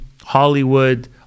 Hollywood